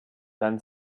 then